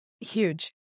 Huge